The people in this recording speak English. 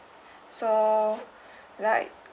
so like